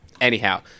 Anyhow